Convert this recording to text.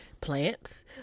plants